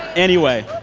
anyway,